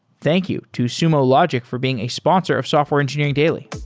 thank you to sumo logic for being a sponsor of software engineering daily